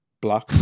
black